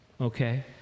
okay